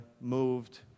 moved